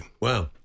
Wow